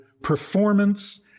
performance